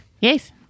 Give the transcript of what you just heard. Yes